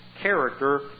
character